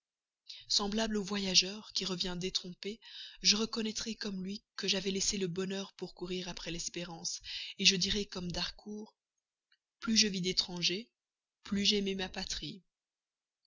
semblable au voyageur qui revient détrompé je reconnaîtrai comme lui que j'avais laissé le bonheur pour courir après l'espérance je dirai comme d'harcourt plus je vis d'étrangers plus j'aimai ma patrie